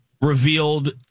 revealed